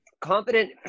confident